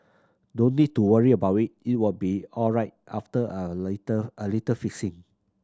don't need to worry about it it will be alright after a little a little fixing